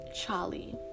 Charlie